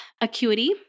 Acuity